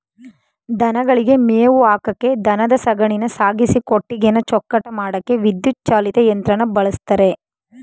ದನಗಳಿಗೆ ಮೇವು ಹಾಕಕೆ ದನದ ಸಗಣಿನ ಸಾಗಿಸಿ ಕೊಟ್ಟಿಗೆನ ಚೊಕ್ಕಟ ಮಾಡಕೆ ವಿದ್ಯುತ್ ಚಾಲಿತ ಯಂತ್ರನ ಬಳುಸ್ತರೆ